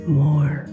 more